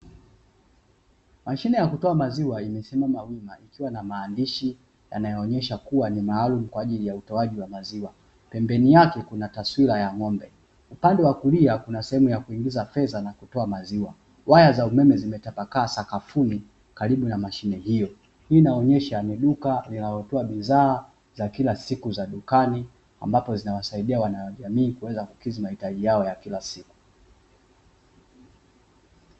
Mashine ya kutoa maziwa imesimama wima, ikiwa na maandishi yanayoonyesha kuwa ni maalum kwa ajili ya utoaji wa maziwa pembeni yake kuna taswira ya ng'ombe upande wa kulia kuna sehemu ya kuingiza fedha na kutoa maziwa ,waya za umeme zimetapakaa sakafuni karibu na mashine hiyo hii inaonyesha ni duka linalo toa bidhaa za kila siku za dukani ambapo zinawasaidia wana jamii kuweza kukizi mahitaji yao ya kila siku.